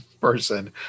person